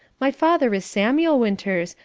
my father is samuel winters,